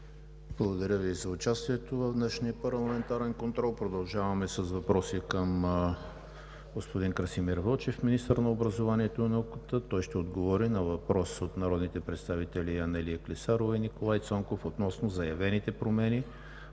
Благодаря Ви и за участието в днешния парламентарен контрол. Продължаваме с въпроси към господин Красимир Вълчев – министър на образованието и науката. Той ще отговори на въпрос от народните представители Анелия Клисарова и Николай Цонков относно заявените промени